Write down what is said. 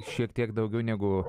šiek tiek daugiau negu